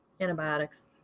Antibiotics